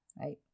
right